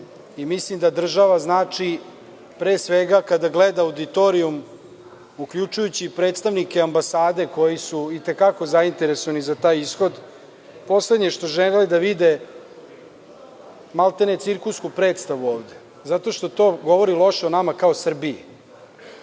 i mislim da država znači pre svega kada gleda auditorijum uključujući predstavnike ambasade koji su i te kako zainteresovani za taj ishod poslednje što žele da vide maltene cirkusku predstavu ovde, zato što to govori loše o nama kao Srbiji.